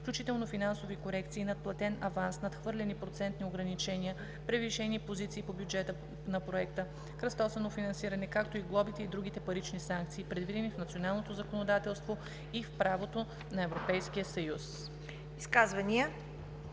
включително финансови корекции, надплатен аванс, надхвърлени процентни ограничения, превишени позиции по бюджета на проекта, кръстосано финансиране, както и глобите и другите парични санкции, предвидени в националното законодателство и в правото на Европейския съюз.“